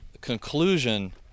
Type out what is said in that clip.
conclusion